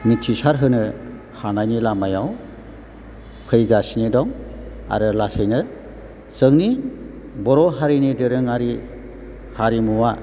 मिथिसार होनो हानायनि लामायाव फैगासिनो दं आरो लासैनो जोंनि बर' हारिनि दोरोङारि हारिमुवा